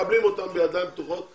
מקבלים אותם בידיים פתוחות?